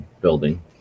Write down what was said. Building